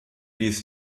dies